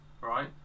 right